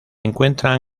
encuentran